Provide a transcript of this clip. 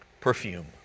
perfume